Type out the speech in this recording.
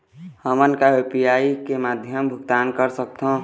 हमन का यू.पी.आई के माध्यम भुगतान कर सकथों?